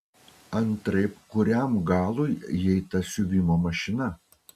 antraip kuriam galui jai ta siuvimo mašina